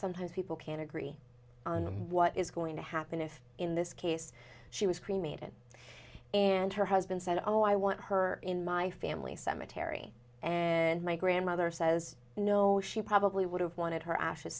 sometimes people can agree on what is going to happen if in this case she was cremated and her husband said oh i want her in my family cemetery and my grandmother says no she probably would have wanted her ashes